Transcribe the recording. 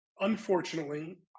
unfortunately